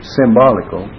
symbolical